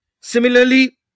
Similarly